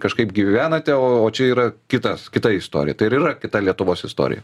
kažkaip gyvenate o čia yra kitas kita istorija tai ir yra kita lietuvos istorija